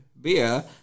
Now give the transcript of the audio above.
Beer